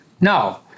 no